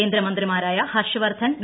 കേന്ദ്ര മന്ത്രിമാരായ ഹർഷ് വർദ്ധൻ വി